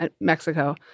Mexico